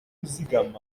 kuzigama